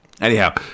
Anyhow